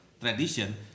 tradition